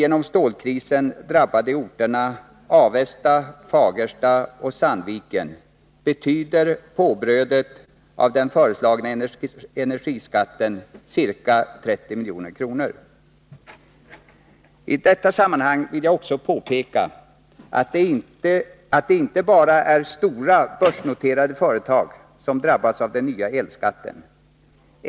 För de av stålkrisen drabbade orterna Avesta, Fagersta och Sandviken betyder ”påbrödet” av den föreslagna energiskatten ca 30 milj.kr. I detta sammanhang vill jag också påpeka att det inte bara är de stora börsnoterade företagen som drabbas av den nya elskatten.